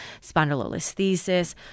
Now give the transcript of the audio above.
spondylolisthesis